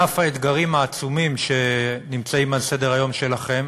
על אף האתגרים העצומים שנמצאים על סדר-היום שלכם,